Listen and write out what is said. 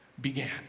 began